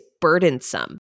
burdensome